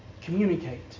communicate